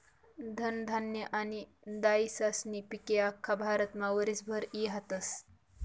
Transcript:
धनधान्य आनी दायीसायीस्ना पिके आख्खा भारतमा वरीसभर ई हातस